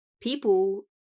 people